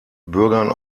bürgern